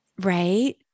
Right